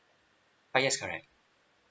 uh yes correct